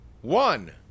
one